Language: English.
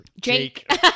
jake